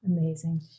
amazing